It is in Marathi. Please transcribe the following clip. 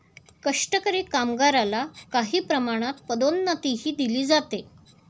कष्टकरी कामगारला काही प्रमाणात पदोन्नतीही दिली जाते